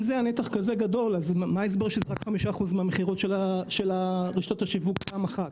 כזה גדול אז מה ההסבר שזה רק 5% מהמכירות בפעם אחת?